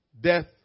death